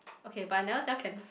okay but I never tell Kenneth